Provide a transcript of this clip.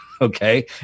okay